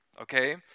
okay